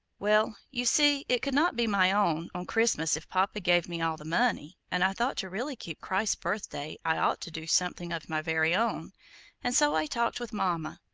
well, you see, it could not be my own, own christmas if papa gave me all the money, and i thought to really keep christ's birthday i ought to do something of my very own and so i talked with mama.